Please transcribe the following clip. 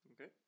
Okay